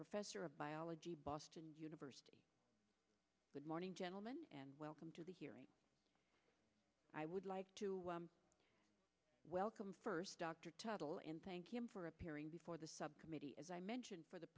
professor of biology boston university good morning gentleman and welcome to the hearing i would like to welcome first dr tuttle in thank you for appearing before the subcommittee as i mentioned for the